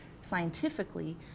scientifically